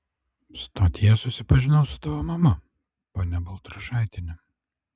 stotyje susipažinau su tavo mama ponia baltrušaitiene